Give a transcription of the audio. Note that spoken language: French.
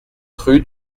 rue